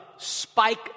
Spike